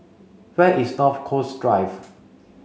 where is North Coast Drive